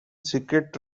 secret